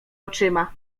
oczyma